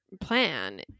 plan